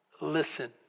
Listen